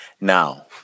Now